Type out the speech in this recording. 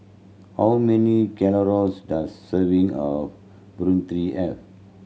how many calories does serving of Burrito have